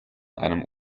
einem